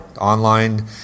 online